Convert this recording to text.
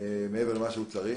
מעבר למה שצריך.